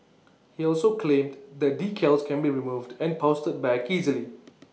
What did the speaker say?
he also claimed the decals can be removed and pasted back easily